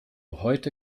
heute